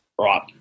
right